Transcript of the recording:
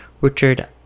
Richard